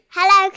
Hello